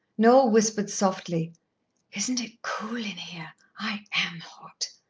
noel whispered softly isn't it cool in here? i am hot.